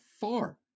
far